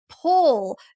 pull